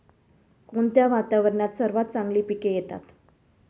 कोणत्या वातावरणात सर्वात चांगली पिके येतात?